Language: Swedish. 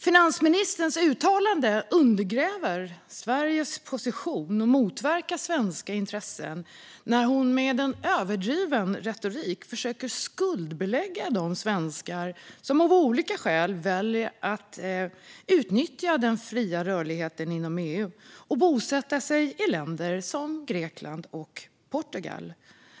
Finansministerns uttalande undergräver Sveriges position och motverkar svenska intressen när hon med överdriven retorik försöker att skuldbelägga de svenskar som av olika skäl väljer att utnyttja den fria rörligheten inom EU och bosätta sig i länder som Grekland och Portugal.